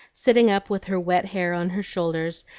sitting up with her wet hair on her shoulders,